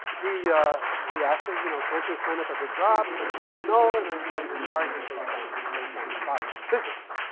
he he asked that, you know, can't you explain that by big drops? and i said, no. and i use an argument based on based on cloud and physics.